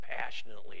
passionately